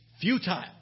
futile